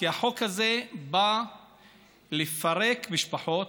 כי החוק הזה בא לפרק משפחות,